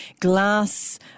glass